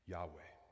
Yahweh